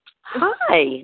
Hi